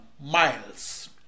miles